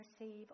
receive